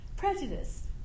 Prejudice